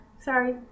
Sorry